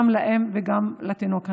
גם לאם וגם לתינוק הנולד.